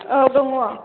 औ दङ